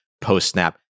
post-snap